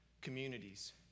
communities